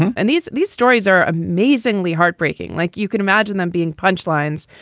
and these these stories are amazingly heartbreaking, like you can imagine them being punchlines.